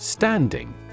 Standing